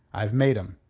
i've made em.